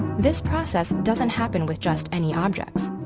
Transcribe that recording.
this process doesn't happen with just any objects.